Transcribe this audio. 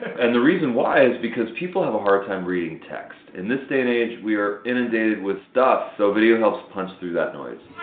and the reason why is because people have a hard time reading text. in this day and age we're inundated with stuff, so video helps punch through that noise.